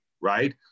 right